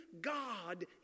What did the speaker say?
God